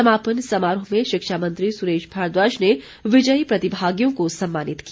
समापन समारोह में शिक्षा मंत्री सुरेश भारद्वाज ने विजयी प्रतिभागियों को सम्मानित किया